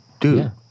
dude